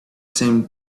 same